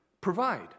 provide